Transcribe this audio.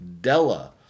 Della